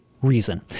Reason